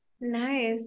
nice